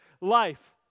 life